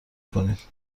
کنید